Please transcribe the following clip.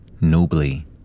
nobly